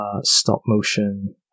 stop-motion